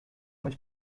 mais